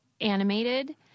animated